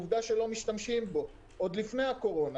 עובדה שלא משתמשים בו, עוד לפני הקורונה.